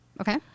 Okay